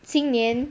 新年